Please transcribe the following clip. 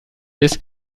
ist